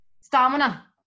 Stamina